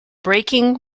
braking